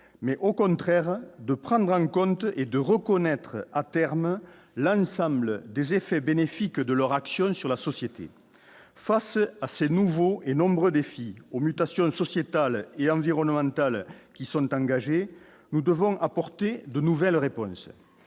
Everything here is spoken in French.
mais au contraire de prendre en compte et de reconnaître à terme l'ensemble des effets bénéfiques de leur action sur la société, face à ces nouveaux et nombreux défis aux mutations sociétales et environnementales qui sont engagées, nous devons apporter de nouvelles réponses